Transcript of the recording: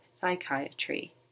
psychiatry